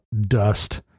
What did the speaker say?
dust